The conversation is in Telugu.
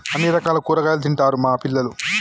అన్ని రకాల కూరగాయలు తింటారు మా పిల్లలు